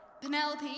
Penelope